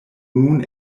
nun